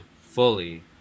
fully